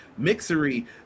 mixery